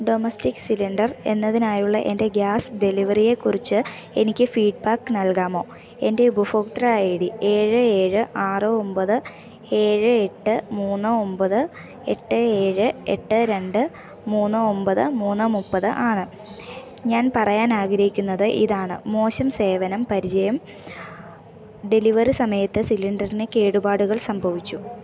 domestic cylinder എന്നതിനായുള്ള എൻ്റെ gas ഡെലിവറിയെക്കുറിച്ച് എനിക്ക് ഫീഡ്ബാക്ക് നൽകാമോ എൻ്റെ ഉപഭോക്തൃ ഐ ഡി ഏഴ് ഏഴ് ആറ് ഒമ്പത് ഏഴ് എട്ട് മൂന്ന് ഒമ്പത് എട്ട് ഏഴ് എട്ട് രണ്ട് മൂന്ന് ഒമ്പത് മൂന്ന് മുപ്പത് ആണ് ഞാൻ പറയാനാഗ്രഹിക്കുന്നത് ഇതാണ് മോശം സേവനം പരിചയം ഡെലിവറി സമയത്ത് സിലിണ്ടറിന് കേടുപാടുകൾ സംഭവിച്ചു